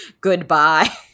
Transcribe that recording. goodbye